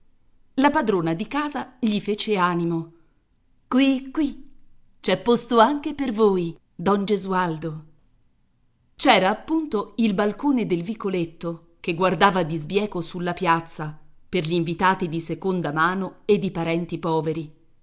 la padrona di casa gli fece animo qui qui c'è posto anche per voi don gesualdo c'era appunto il balcone del vicoletto che guardava di sbieco sulla piazza per gli invitati di seconda mano ed i parenti poveri